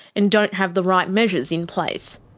and don't have the right measures in place.